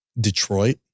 Detroit